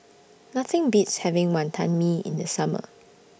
Nothing Beats having Wonton Mee in The Summer